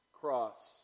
cross